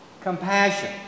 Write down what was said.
compassion